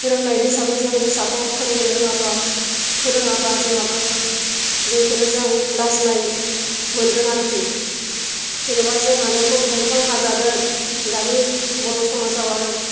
रोंनाय हिसाबै जों फिसाखौ फोरोंनो रोङाबा फोरोङाबा जोंहाबो जोंखौनो जों लाजिनाय मोगान आरोखि जेन'बा जोंहानो गन्थं मोखां हाजागोन दानि बर' समाजआव आरो